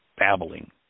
Babbling